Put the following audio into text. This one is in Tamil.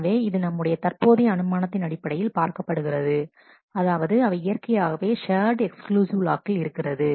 எனவே இது நம்முடைய தற்போதைய அனுமானத்தின் அடிப்படையில் பார்க்கப்படுகிறது அதாவது அவை இயற்கையாகவே ஷேர்டு எக்ஸ்க்ளூசிவ் லாக்கில் இருக்கிறது